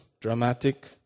dramatic